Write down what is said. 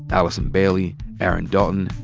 allison bailey, aaron dalton,